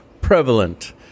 prevalent